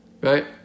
right